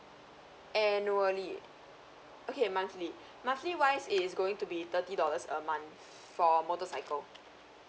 annually okay monthly monthly wise it is going to be thirty dollars a month for motorcycle